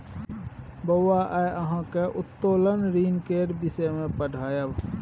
बौआ आय अहाँक उत्तोलन ऋण केर विषय मे पढ़ायब